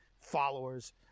followers